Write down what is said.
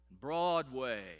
Broadway